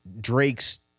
Drake's